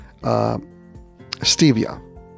stevia